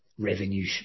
Revenue